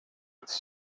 its